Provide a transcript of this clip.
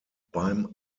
beim